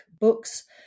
books